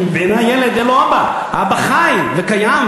כי בעיני הילד אין לו אבא והאבא חי וקיים,